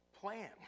plan